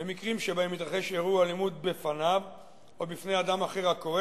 במקרים שבהם התרחש אירוע אלימות בפניו או בפני אדם אחר הקורא